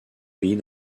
pays